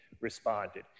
responded